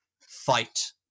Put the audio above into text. fight